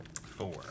Four